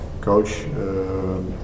coach